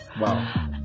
Wow